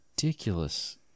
Ridiculous